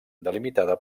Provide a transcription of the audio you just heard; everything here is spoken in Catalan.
delimitada